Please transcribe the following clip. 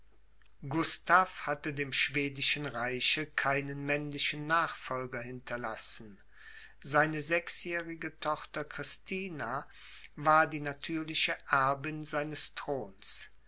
gustav hatte dem schwedischen reiche keinen männlichen nachfolger hinterlassen seine sechsjährige tochter christina war die natürliche erbin seines throns